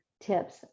tips